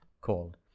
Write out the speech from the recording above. called